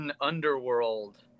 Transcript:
underworld